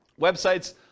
websites